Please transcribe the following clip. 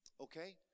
Okay